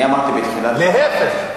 אני אמרתי בתחילת, להיפך,